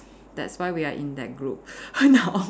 that's why we are in that group now